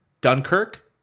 dunkirk